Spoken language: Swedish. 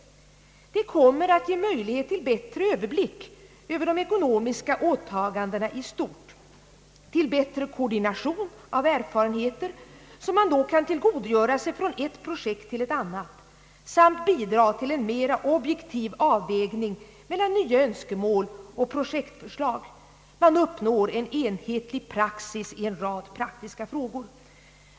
Det kommer att ge möjlighet till bättre överblick över de ekonomiska åtagan dena i stort, till bättre koordination av erfarenheter, som man då kan tillgodogöra sig från ett projekt till ett annat, samt bidraga till en mera objektiv avvägning mellan nya önskemål och projektförslag. Man uppnår en enhetlig praxis i en rad praktiska frågor.